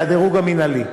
והדירוג המינהלי.